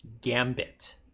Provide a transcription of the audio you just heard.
Gambit